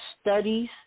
studies